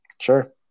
Sure